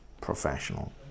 professional